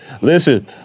Listen